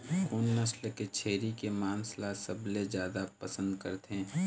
कोन नसल के छेरी के मांस ला सबले जादा पसंद करथे?